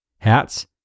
hats